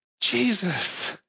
Jesus